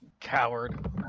Coward